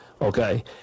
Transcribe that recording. Okay